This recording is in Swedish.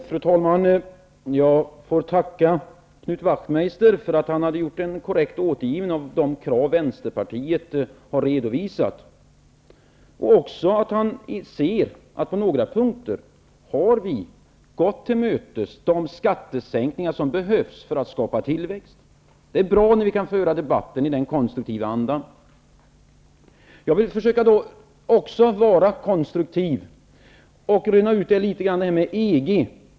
Fru talman! Jag får tacka Knut Wachtmeister för att han gjorde en korrekt återgivning av de krav som Vänsterpartiet har redovisat och också för att han inser att vi på några punkter har gått till mötes kraven på de skattesänkningar som behövs för att skapa tillväxt. Det är bra om vi kan föra debatten i denna konstruktiva anda. Jag skall också försöka vara konstruktiv och reda ut litet grand detta med EG.